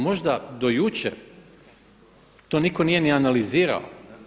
Možda do jučer to niko nije ni analizirao.